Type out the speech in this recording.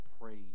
praise